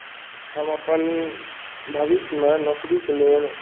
हम अपन भविष्यमे नौकरीके लेल